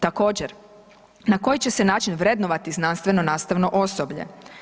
Također, na koji će se način vrednovati znanstveno-nastavno osoblje?